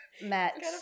met